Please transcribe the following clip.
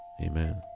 Amen